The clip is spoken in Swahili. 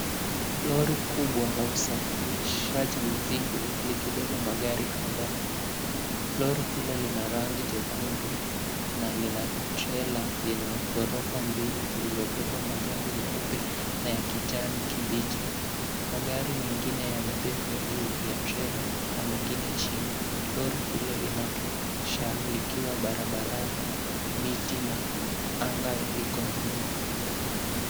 Lori kubwa la usafirishaji mizigo likibeba magari kadhaa. Lori hilo lina rangi jekundu na lina trela yenye ghorofa mbili iliyo beba magari meupe na ya kijani kibichi. Magari mengine yamebebwa juu ya trela na mengine chini. Lori hilo linapisha likiwa barabarani na miti na kanga viko nyuma.